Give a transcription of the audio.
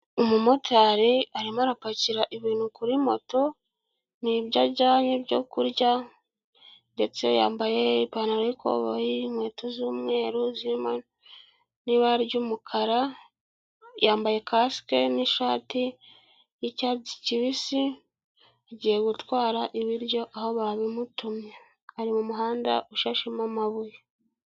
Umumotari arimo arapakira ibintu kuri moto, ni ibyo ajyanye ibyo kurya ndetse yambaye ipantaro y'ikoboyi, inkweto z'umweru zirimo n'ibara ry'umukara, yambaye kasike n'ishati y'icyatsi kibisi, agiye gutwara ibiryo aho babimutumye. Ari mu muhanda ushashemo amabuye.